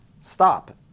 stop